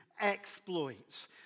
exploits